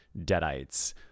deadites